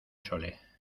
chole